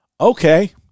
Okay